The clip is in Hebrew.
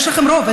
יש לכם רוב,